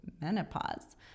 menopause